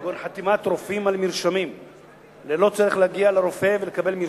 כגון חתימת רופאים על מרשמים ללא צורך להגיע לרופא ולקבל מרשם,